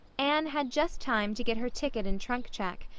anne had just time to get her ticket and trunk check,